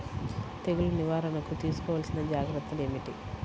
తెగులు నివారణకు తీసుకోవలసిన జాగ్రత్తలు ఏమిటీ?